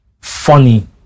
funny